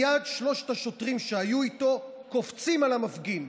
מייד שלושת השוטרים שהיו איתו קופצים על המפגין.